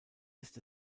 ist